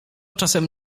czasem